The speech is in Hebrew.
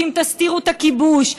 שאם תסתירו את הכיבוש,